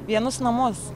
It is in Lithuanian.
vienus namus